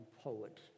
poet